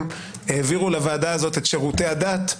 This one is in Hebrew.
העבירו לוועדה הזאת את שירותי הדת,